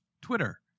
Twitter